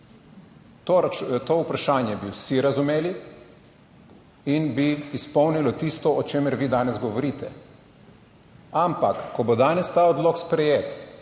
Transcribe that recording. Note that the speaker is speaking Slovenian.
To vprašanje bi vsi razumeli in bi izpolnilo tisto, o čemer vi danes govorite. Ampak, ko bo danes ta odlok sprejet,